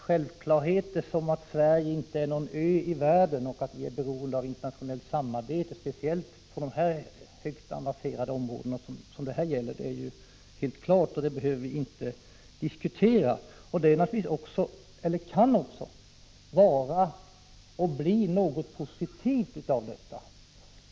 Självklarheter som att Sverige inte är någon ö i världen och att vi är beroende av internationellt samarbete, speciellt på de högt avancerade områden som det här gäller, behöver vi inte diskutera. Det kan naturligtvis också bli något positivt av detta.